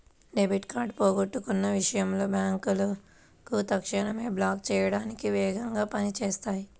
debit card పోగొట్టుకున్న విషయంలో బ్యేంకులు తక్షణమే బ్లాక్ చేయడానికి వేగంగా పని చేత్తాయి